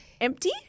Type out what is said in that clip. empty